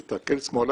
תסתכל שמאלה,